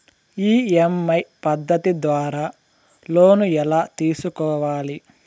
EMI పద్ధతి ద్వారా loan ఎలా తీసుకోవాలి